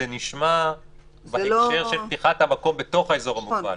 זה נשמע בהקשר של פתיחת המקום בתוך האזור המוגבל,